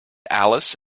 alice